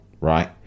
right